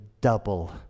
double